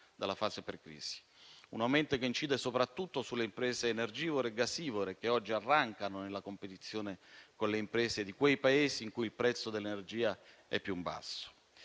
un aumento che incide soprattutto sulle imprese energivore e gasivore, che oggi arrancano nella competizione con le imprese di quei Paesi in cui il prezzo dell'energia è più basso.